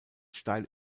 steil